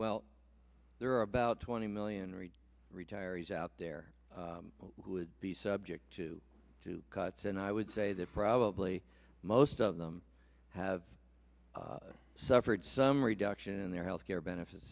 well there are about twenty million read retirees out there who would be subject to two cuts and i would say that probably most of them have suffered some reduction in their health care benefits